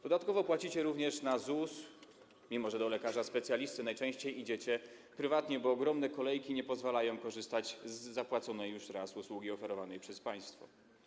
Dodatkowo płacicie również na ZUS, mimo że do lekarza specjalisty najczęściej idziecie prywatnie, bo ogromne kolejki nie pozwalają korzystać z już raz zapłaconej usługi oferowanej przez państwo.